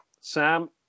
Sam